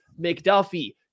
McDuffie